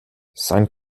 sein